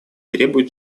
требует